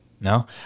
No